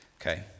Okay